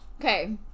Okay